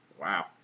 Wow